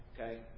Okay